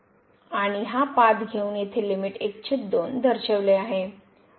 आणि हा पाथ घेऊन येथे लिमिट 12 दर्शविला आहे